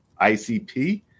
ICP